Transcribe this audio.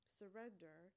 surrender